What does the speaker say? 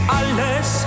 alles